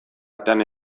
atean